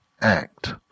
act